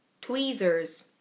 Tweezers